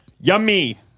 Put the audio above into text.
Yummy